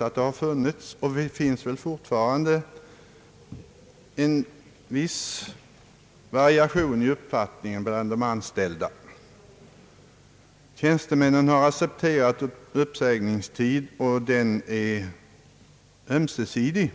att det funnits — och väl fortfarande finns — en viss variation i uppfattningen bland de anställda. Tjänstemännen har accepterat en uppsägningstid, och den är ömsesidig.